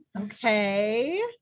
Okay